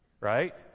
right